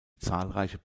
zahlreiche